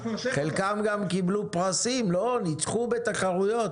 חלקם גם קיבלו פרסים, ניצחו בתחרויות.